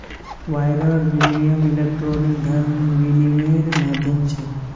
wire विनियम electronic धन विनियम्मेर माध्यम छ